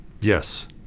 Yes